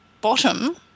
bottom